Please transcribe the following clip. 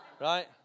Right